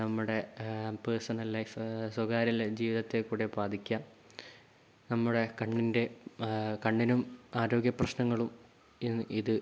നമ്മുടെ personal life സ്വകാര്യജീവിതത്തെ കൂടെയാ ബാധിക്കുക നമ്മുടെ കണ്ണിൻ്റെ കണ്ണിനും ആരോഗ്യപ്രശ്നങ്ങളും ഈ ഇത്